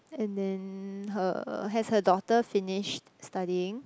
and then her has her daughter finished studying